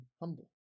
humble